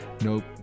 nope